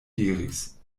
diris